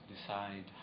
decide